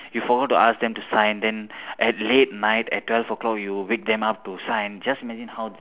you forgot to ask them to sign then at late night at twelve o'clock you wake them up to sign just imagine how